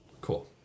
cool